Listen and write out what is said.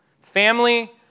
Family